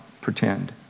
pretend